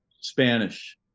Spanish